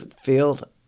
field